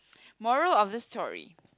moral of the story